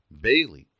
Bailey